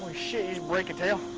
break a tail?